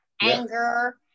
Anger